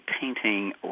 painting